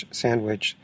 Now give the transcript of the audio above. sandwich